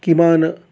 किमान